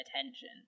attention